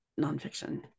nonfiction